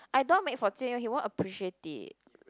I don't want make for Jing-Wen he won't appreciate it